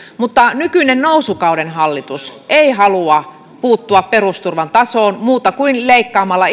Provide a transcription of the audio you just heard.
mutta nykyinen nousukauden hallitus ei halua puuttua perusturvan tasoon muuten kuin leikkaamalla